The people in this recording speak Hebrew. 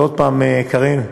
ועוד פעם, קארין,